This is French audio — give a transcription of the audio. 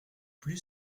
plus